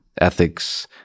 Ethics